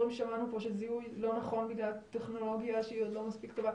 בגלל זיהוי לא נכון בגלל טכנולוגיה שלא מספיק טובה